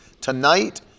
tonight